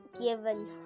given